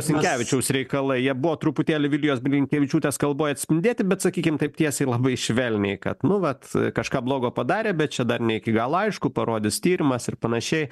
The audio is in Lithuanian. sinkevičiaus reikalai jie buvo truputėlį vilijos blinkevičiūtės kalboj atspindėti bet sakykim taip tiesiai labai švelniai kad nu vat kažką blogo padarė bet čia dar ne iki galo aišku parodys tyrimas ir panašiai